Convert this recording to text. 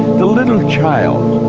the little child.